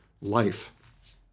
life